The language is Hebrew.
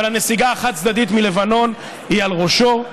אבל הנסיגה החד-צדדית מלבנון היא על ראשו.